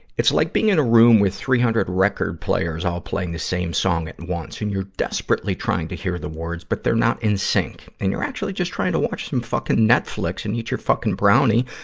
it's like being in a room with three hundred record players, all playing the same song at once, and you're desperately trying to hear the words, but they're not in sync. and you're actually just trying to watch some fucking netflix and eat your fucking brownie,